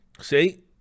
See